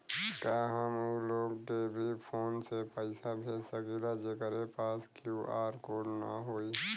का हम ऊ लोग के भी फोन से पैसा भेज सकीला जेकरे पास क्यू.आर कोड न होई?